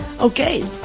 Okay